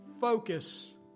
focus